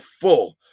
full